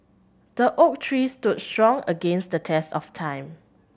the oak tree stood strong against the test of time